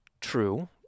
true